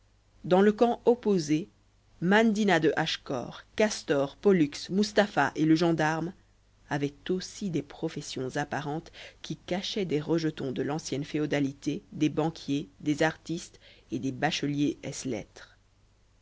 dans le camp opposé mandina de hachecor castor pollux mustapha et le gendarme avaient aussi des professions apparentes qui cachaient des rejetons de l'ancienne féodalité des banquiers des artistes et des bacheliers ès lettres